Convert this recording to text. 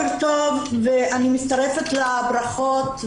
אני מצטרפת לברכות,